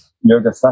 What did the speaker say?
yoga